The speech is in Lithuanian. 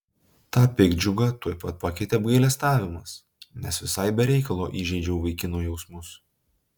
tą piktdžiugą tuoj pat pakeitė apgailestavimas nes visai be reikalo įžeidžiau vaikino jausmus